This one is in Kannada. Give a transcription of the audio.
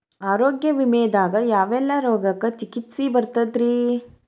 ಆರೋಗ್ಯ ವಿಮೆದಾಗ ಯಾವೆಲ್ಲ ರೋಗಕ್ಕ ಚಿಕಿತ್ಸಿ ಬರ್ತೈತ್ರಿ?